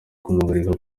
kumuhagarika